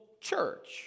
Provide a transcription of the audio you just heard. church